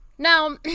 Now